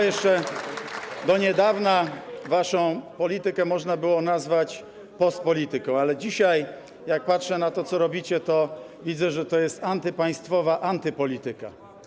Jeszcze do niedawna waszą politykę można było nazwać postpolityką, ale dzisiaj jak patrzę na to, co robicie, to widzę, że to jest antypaństwowa antypolityka.